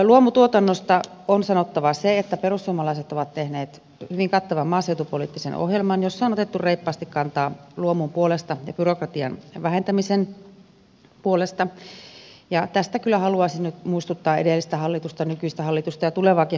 luomutuotannosta on sanottava se että perussuomalaiset ovat tehneet hyvin kattavan maaseutupoliittisen ohjelman jossa on otettu reippaasti kantaa luomun puolesta ja byrokratian vähentämisen puolesta ja tästä kyllä haluaisin nyt muistuttaa edellistä hallitusta nykyistä hallitusta ja tulevaakin hallitusta